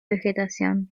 vegetación